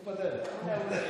הוא בדרך.